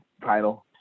title